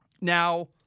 Now